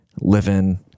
living